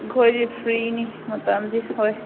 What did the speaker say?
ꯑꯩꯈꯣꯏꯗꯤ ꯐ꯭ꯔꯤꯅꯤ ꯃꯇꯝꯗꯤ ꯍꯣꯏ